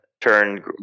turn